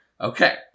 Okay